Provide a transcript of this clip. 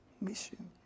Mission